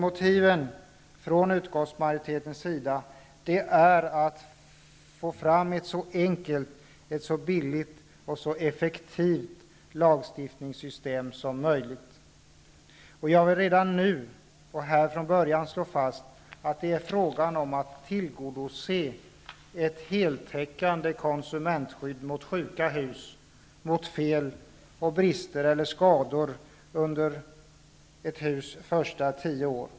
Utskottsmajoritetens motiv är att få fram ett så enkelt, billigt och effektivt lagstiftningssystem som möjligt. Jag vill redan nu från början slå fast att det är fråga om att tillgodose ett heltäckande konsumentskydd mot sjuka hus, mot fel och brister eller skador under husets första tio år.